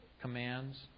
commands